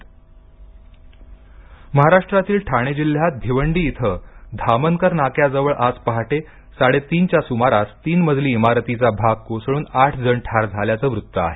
इमारत ठाणे महाराष्ट्रातील ठाणे जिल्ह्यात भिवंडी इथं धामनकर नाक्याजवळ आज पहाटे साडेतीनच्या सुमारास तीन मजली इमारतीचा भाग कोसळून आठ जण ठार झाल्याचं वृत्त आहे